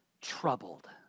troubled